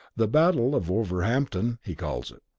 the battle of wolverhampton, he calls it.